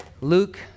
Luke